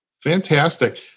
fantastic